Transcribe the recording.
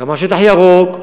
גם על שטח ירוק,